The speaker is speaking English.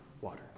water